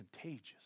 contagious